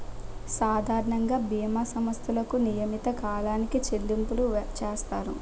సాధారణంగా బీమా సంస్థలకు నియమిత కాలానికి చెల్లింపులు చేస్తారు